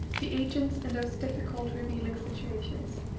the agents in those difficult, revealing situations,